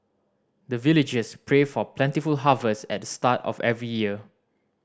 the villagers pray for plentiful harvest at the start of every year